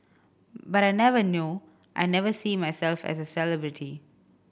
but I never know I never see myself as a celebrity